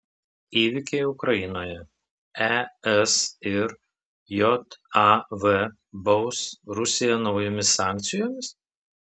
įvykiai ukrainoje es ir jav baus rusiją naujomis sankcijomis